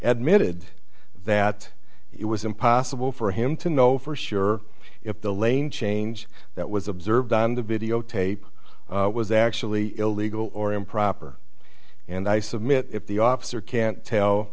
admittedly that it was impossible for him to know for sure if the lane change that was observed on the videotape was actually illegal or improper and i submit if the officer can't tell